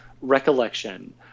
recollection